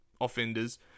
offenders